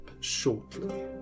shortly